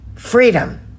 Freedom